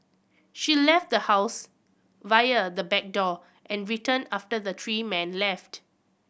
she left the house via the back door and returned after the three men left